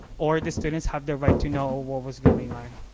or the students have the right to know what was going on.